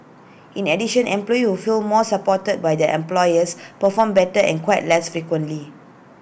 in addition employees who feel more supported by their employers perform better and quit less frequently